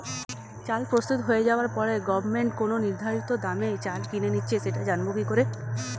চাল প্রস্তুত হয়ে যাবার পরে গভমেন্ট কোন নির্ধারিত দামে চাল কিনে নিচ্ছে সেটা জানবো কি করে?